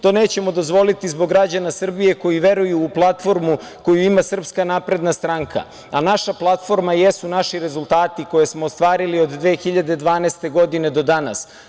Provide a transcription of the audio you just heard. To nećemo dozvoliti zbog građana Srbije koji veruju u platformu koju ima SNS, a naša platforma jesu naši rezultati koje smo ostvarili od 2012. godine do danas.